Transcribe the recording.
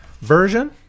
version